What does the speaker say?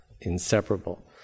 inseparable